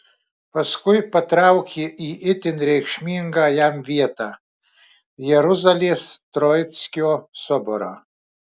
paskui patraukė į itin reikšmingą jam vietą jeruzalės troickio soborą